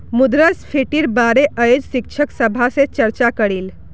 मुद्रास्फीतिर बारे अयेज शिक्षक सभा से चर्चा करिल